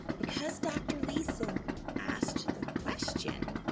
because dr. lyson asked the question,